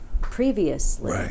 previously